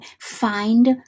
find